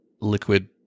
liquid